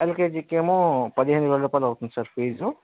LKG కి ఏమో పదిహేను వేల రూపాయలు అవుతుంది సార్ ఫీజు